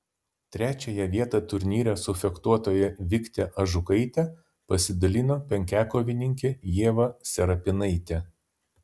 trečiąją vietą turnyre su fechtuotoja vikte ažukaite pasidalino penkiakovininkė ieva serapinaitė